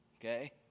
Okay